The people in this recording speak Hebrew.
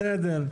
בסדר.